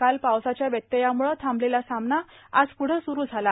काल पावसाच्या व्यत्ययामुळे थांबलेला सामना आज प्रढे सुरू झाला